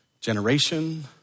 generation